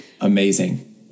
Amazing